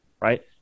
Right